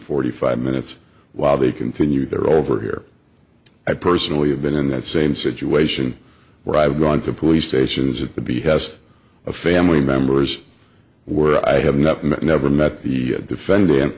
forty five minutes while they continue their over here i personally have been in that same situation where i've gone to police stations at the b has a family members were i have not met never met the defendant